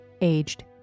aged